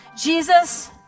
Jesus